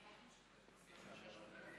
עד שלוש דקות,